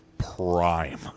prime